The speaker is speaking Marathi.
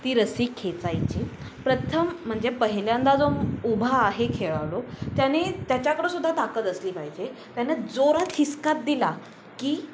ती रस्सी खेचायची प्रथम म्हणजे पहिल्यांदा जो उभा आहे खेळाडू त्याने त्याच्याकडं सुद्धा ताकद असली पाहिजे त्यानं जोरात हिसका दिला की